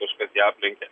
kažkas ją aplenkė